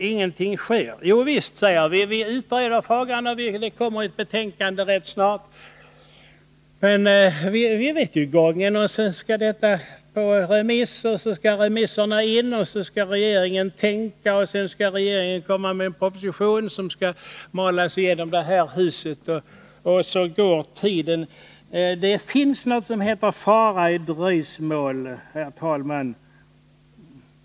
Ingenting sker, tycker man. Jovisst, frågan utreds f. n., det kommer ett betänkande rätt snart. Men vi vet ju gången av det hela: först skall detta betänkande ut på remiss, och sedan skall remissutlåtanden inhämtas. Därefter skall regeringen tänka, en proposition skall läggas fram, sedan skall denna malas igenom här i huset, och så rinner tiden i väg. Det finns något som heter fara i dröjsmål, herr talman.